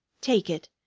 take it.